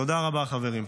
תודה רבה חברים.